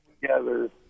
together